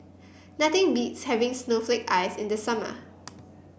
nothing beats having Snowflake Ice in the summer